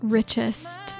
richest